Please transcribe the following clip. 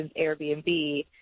Airbnb